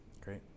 great